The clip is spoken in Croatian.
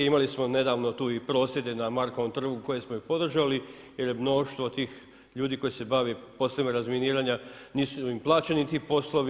Imali smo nedavno tu i prosvjede na Markovom trgu koje smo i podržali jer je mnoštvo tih ljudi koji se bave poslovima razminiranja nisu im plaćeni ti poslovi.